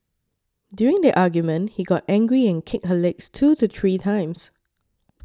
during the argument he got angry and kicked her legs two to three times